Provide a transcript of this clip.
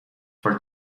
for